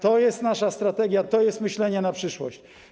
To jest nasza strategia, to jest myślenie na przyszłość.